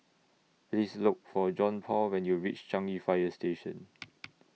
Please Look For Johnpaul when YOU REACH Changi Fire Station